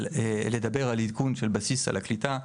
אבל לדבר על עדכון של בסיס סל הקליטה,